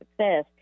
Success